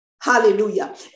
Hallelujah